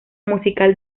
musical